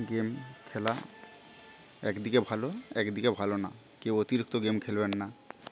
game খেলা একদিকে ভালো একদিকে ভালো না কেউ অতিরিক্ত গেম খেলবেন না